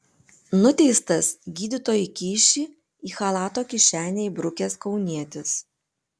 nuteistas gydytojui kyšį į chalato kišenę įbrukęs kaunietis